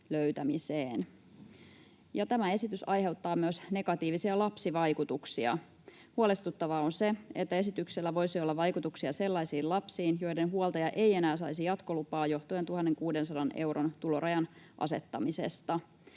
Tämä esitys aiheuttaa myös negatiivisia lapsivaikutuksia. Huolestuttavaa on se, että esityksellä voisi olla vaikutuksia sellaisiin lapsiin, joiden huoltaja ei enää saisi jatkolupaa johtuen 1 600 euron tulorajan asettamisesta.